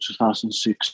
2006